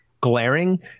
glaring